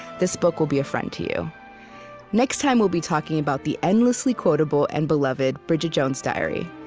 this book will be a friend to you next time we'll be talking about the endlessly quotable and beloved bridget jones's diary.